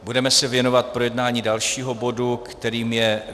Budeme se věnovat projednání dalšího bodu, kterým je